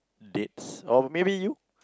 dates or maybe you